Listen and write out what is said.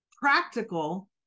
practical